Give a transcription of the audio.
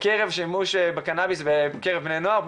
בקרב שימוש בקנאביס אצל בני נוער,